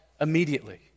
immediately